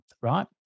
right